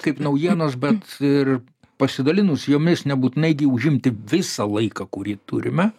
kaip naujienos bet ir pasidalinus jomis nebūtinai gi užimti visą laiką kurį turime